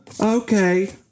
Okay